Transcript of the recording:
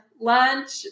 lunch